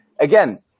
again